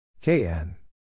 Kn